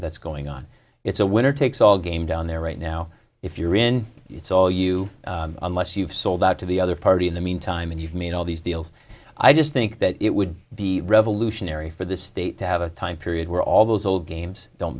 that's going on it's a winner takes all game down there right now if you're in it's all you unless you've sold out to the other party in the meantime and you've made all these deals i just think that it would be revolutionary for the state to have a time period where all those old games don't